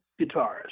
guitarist